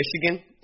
Michigan